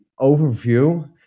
overview